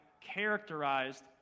characterized